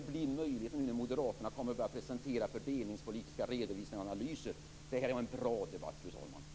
Det blir möjligt nu när moderaterna kommer att börja presentera fördelningspolitiska redovisningar och analyser. Det här var en bra debatt, fru talman!